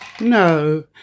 No